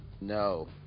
No